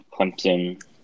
Clemson –